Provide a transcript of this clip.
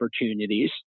opportunities